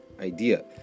idea